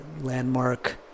landmark